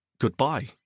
Goodbye